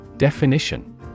Definition